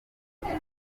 kibazo